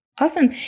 Awesome